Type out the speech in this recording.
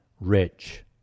rich